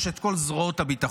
יש את כל זרועות הביטחון,